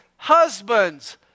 Husbands